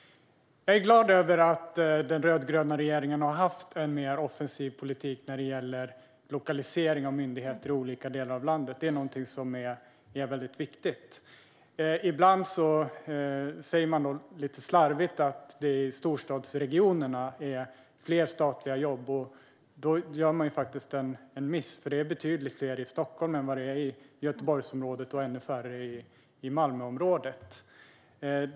Jag är glad över att den rödgröna regeringen har haft en mer offensiv politik när det gäller lokalisering av myndigheter i olika delar av landet. Det är viktigt. Ibland säger man lite slarvigt att det finns fler statliga jobb i storstadsregionerna. Då gör man en miss. Det finns nämligen betydligt fler i Stockholm än i Göteborgsområdet, och det finns ännu färre i Malmöområdet.